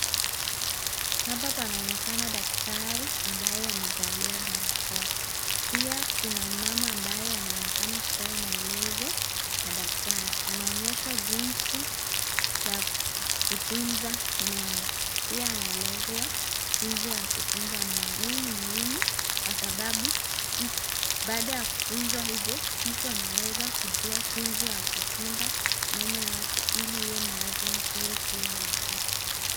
Hapa panaonekana daktari ambaye amevalia barakoa. Pia kuna mmama ambaye anaonekana kupewa maelezo na daktari. Anaonyeshwa jinsi ya kutunza meno. Pia anaelezwa jinsi ya kutunza meno. Hii ni muhimu kwa sababu, baada ya kufunzwa hivo mtu anaweza kujua jinsi ya kuchunga meno yake, ili iwe na afya nzuri kila wakati.